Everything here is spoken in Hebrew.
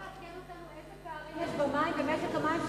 אתה יכול לעדכן אותנו איזה פערים יש במשק המים,